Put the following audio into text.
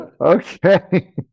okay